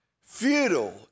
futile